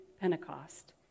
Pentecost